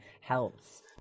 helps